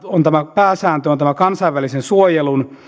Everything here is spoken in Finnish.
pääsääntö on tämä kansainvälisen suojelun